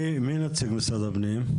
מי נציג משרד הפנים?